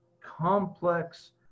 complex